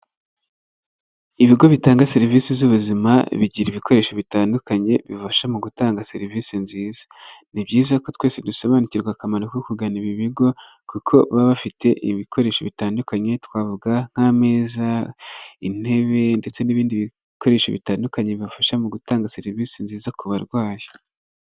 Ibigo bitanga serivisi z'ubuzima, bigira ibikoresho bitandukanye, bifasha mu gutanga serivisi nziza. Ni byiza ko twese dusobanukirwa akamaro ko kugana ibi bigo, kuko baba bafite ibikoresho bitandukanye, twavuga nk'ameza, intebe ndetse n'ibindi bikoresho bitandukanye bibafasha mu gutanga serivisi nziza ku barwayi.